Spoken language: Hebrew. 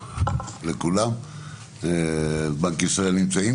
בנק ישראל,